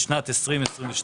ב-22'